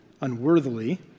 unworthily